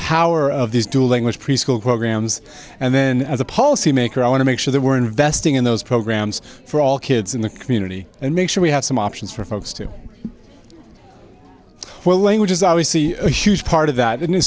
power of these dual language preschool programs and then as a policymaker i want to make sure that we're investing in those programs for all kids in the community and make sure we have some options for folks to welling which is obviously a huge part of that